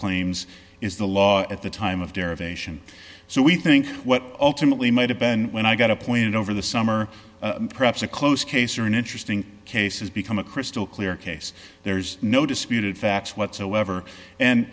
claims is the law at the time of derivation so we think what ultimately might have been when i got appointed over the summer perhaps a close case or an interesting case has become a crystal clear case there's no disputed facts whatsoever and